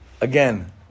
Again